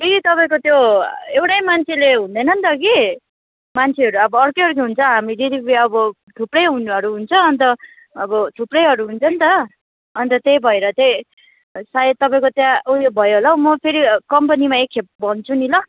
ए तपाईँको त्यो एउटै मान्छेले हुँदैन नि त कि मान्छेहरू अब अर्कै अर्कै हुन्छ हामी डेलिभेरी अब थुप्रै हुन् हरू हुन्छ अन्त अब थुप्रैहरू हुन्छ नि त अन्त त्यही भएर चाहिँ सायद तपाईँको त्यहाँ उयो भयो होला हौ म फेरि कम्पनीमा एकखेप भन्छु नि ल